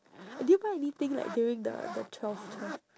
did you buy anything like during the the twelve twelve